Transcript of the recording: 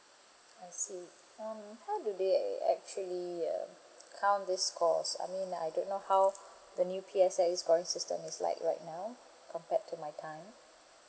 I see um how do they a~ actually uh count this scores I mean I don't know how the new P_S_L_E scoring system is like right now compared to my time